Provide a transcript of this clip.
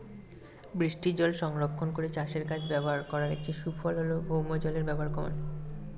বৃষ্টিজল সংরক্ষণ করে চাষের কাজে ব্যবহার করার একটি সুফল হল ভৌমজলের ব্যবহার কমানো